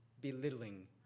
belittling